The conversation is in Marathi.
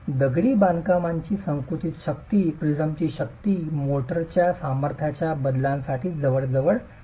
दगडी बांधकामाची संकुचित शक्ती प्रिझमची शक्ती मोर्टारच्या सामर्थ्याच्या बदलांसाठी जवळजवळ असंवेदनशील असते